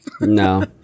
no